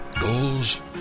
Goals